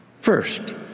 First